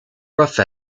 rough